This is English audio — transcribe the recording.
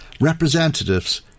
representatives